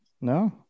No